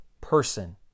person